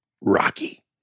Rocky